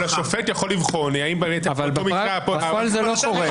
אבל השופט יכול לבחון האם --- אבל בפועל זה לא קורה.